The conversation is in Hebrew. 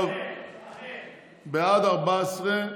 בעד, 14,